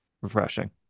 Refreshing